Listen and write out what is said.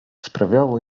sprawiało